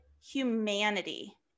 humanity